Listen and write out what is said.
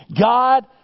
God